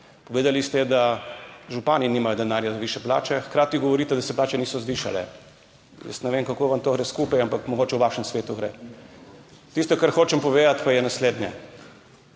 povedali ste, da župani nimajo denarja za višje plače, hkrati govorite, da se plače niso zvišale. Jaz ne vem, kako vam to gre skupaj, ampak mogoče v vašem svetu gre. Tisto, kar hočem povedati pa je naslednje.